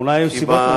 אולי היו סיבות.